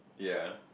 ya